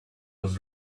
was